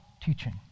teaching